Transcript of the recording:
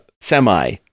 semi